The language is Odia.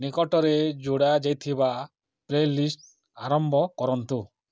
ନିକଟରେ ଯୋଡ଼ା ଯାଇଥିବା ପ୍ଲେଲିଷ୍ଟ ଆରମ୍ଭ କରନ୍ତୁ